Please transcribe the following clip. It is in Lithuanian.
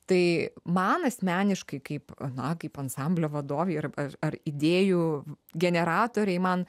tai man asmeniškai kaip na kaip ansamblio vadovei ir ar idėjų generatorei man